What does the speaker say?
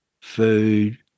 food